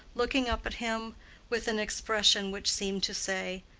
looking up at him with an expression which seemed to say,